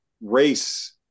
race